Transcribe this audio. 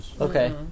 Okay